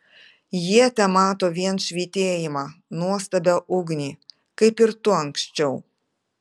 jie temato vien švytėjimą nuostabią ugnį kaip ir tu anksčiau